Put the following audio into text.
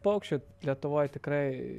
paukščių lietuvoj tikrai